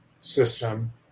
system